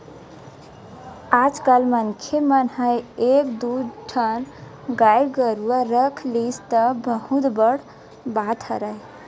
आजकल मनखे मन ह एक दू ठन गाय गरुवा रख लिस त बहुत बड़ बात हरय